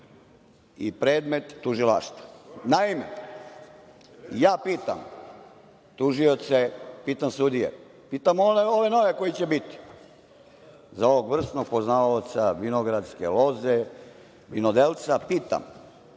i predmet tužilaštva. Naime, pitam tužioce, pitam sudije, pitam ove nove koji će biti za ovog vrsnog poznavaoca vinogradske loze, vinodelca, pitam